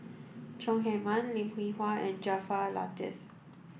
Chong Heman Lim Hwee Hua and Jaafar Latiff